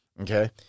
okay